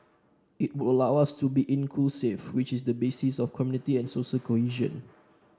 it would allow us to be inclusive which is the basis of community and social cohesion